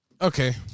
Okay